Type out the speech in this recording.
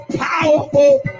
powerful